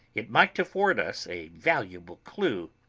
it might afford us a valuable clue.